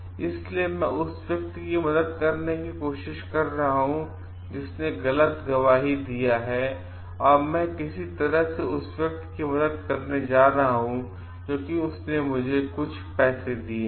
इसलिए मैं उस व्यक्ति की मदद करने की कोशिश कर रहा हूं जिसने गलत गवाही दिया है और मैं किसी तरह से उस व्यक्ति की मदद करने जा रहा हूं क्योंकि उसने मुझे कुछ पैसे दिए हैं